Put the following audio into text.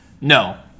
No